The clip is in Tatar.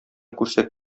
күрсәт